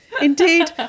Indeed